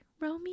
Romy